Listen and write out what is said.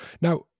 Now